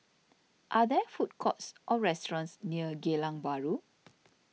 are there food courts or restaurants near Geylang Bahru